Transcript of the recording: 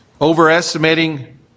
Overestimating